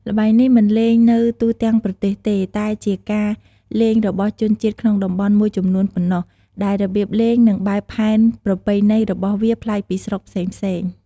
ល្បែងនេះមិនលេងនៅទូទាំងប្រទេសទេ តែជាការលេងរបស់ជនជាតិក្នុងតំបន់មួយចំនួនប៉ុណ្ណោះ ដែលរបៀបលេងនិងបែបផែនប្រពៃណីរបស់វាប្លែកពីស្រុកផ្សេងៗ។